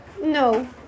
No